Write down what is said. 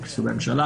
חוק יסוד: הממשלה